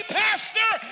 pastor